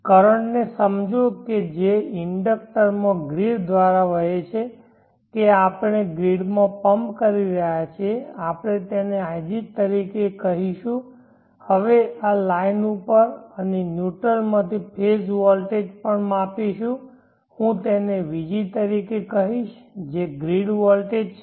current ને સમજો કે જે ઇન્ડિક્ટર દ્વારા ગ્રિડમાં વહે છે કે આપણે ગ્રીડમાં પમ્પ કરી રહ્યા છીએ આપણે તેને ig તરીકે કહીશું અને હવે લાઇન ઉપર અને ન્યુટ્રલ માંથી ફેઝ વોલ્ટેજ પણ માપીશું અને હું તેને vg તરીકે કહીશ જે ગ્રીડ વોલ્ટેજ છે